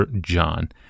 John